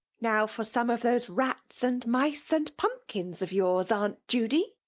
now for some of those rats and mice and pumpkins of yours, aunt judy.